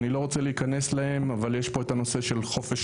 אני לא רוצה להיכנס אליהן אבל יש פה את הנושא של חופש